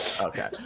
Okay